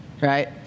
right